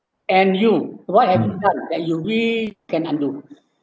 and you what have you done that you wish can undo